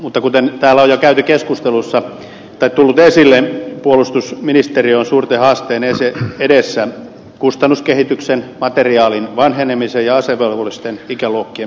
mutta kuten täällä on jo keskustelussa tullut esille puolustusministeriö on suurten haasteiden edessä kustannuskehityksen materiaalin vanhenemisen ja asevelvollisten ikäluokkien pienentymisen johdosta